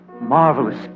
marvelous